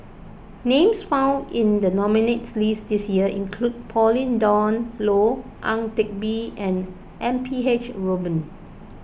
names found in the nominees' list this year include Pauline Dawn Loh Ang Teck Bee and M P H Rubin